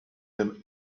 him